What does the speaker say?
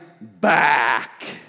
back